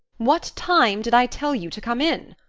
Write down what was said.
what time did i tell you to come in?